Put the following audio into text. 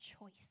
choice